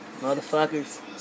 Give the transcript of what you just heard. Motherfuckers